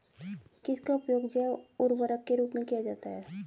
किसका उपयोग जैव उर्वरक के रूप में किया जाता है?